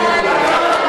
את לא מבינה מה זאת תרבות.